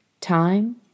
Time